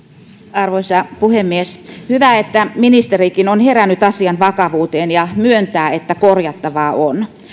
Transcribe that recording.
arvoisa puhemies hyvä että ministerikin on herännyt asian vakavuuteen ja myöntää että korjattavaa on